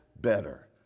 better